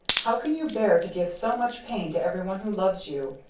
how con you bear to give so much pain to everyone who loves you?